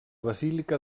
basílica